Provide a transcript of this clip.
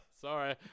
Sorry